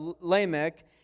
Lamech